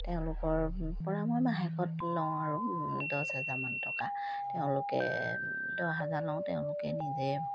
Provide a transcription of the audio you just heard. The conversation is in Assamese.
তেওঁলোকৰ পৰা মই মাহেকত লওঁ আৰু দছ হাজাৰমান টকা তেওঁলোকে দহ হাজাৰ লওঁ তেওঁলোকে নিজে